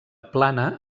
plana